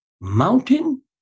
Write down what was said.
mountain